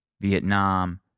vietnam